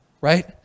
right